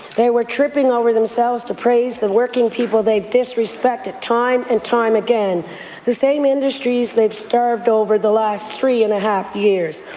they were tripping over themselves to praise the working people they've disrespected time and time again the same industries they've starved over the last three and a half years.